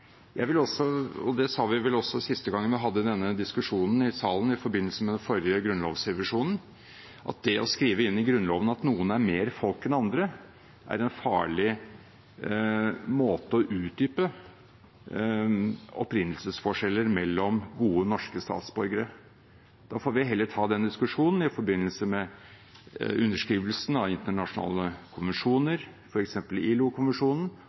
sa vel også sist gang vi hadde denne diskusjonen i salen i forbindelse med den forrige grunnlovsrevisjonen, at det å skrive inn i Grunnloven at noen er mer folk enn andre, er en farlig måte å utdype opprinnelsesforskjeller mellom gode norske statsborgere på. Vi får heller ta den diskusjonen i forbindelse med underskrivelse av internasjonale